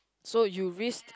so you risk